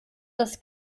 das